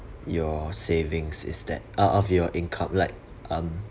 your savings is that uh of your income like um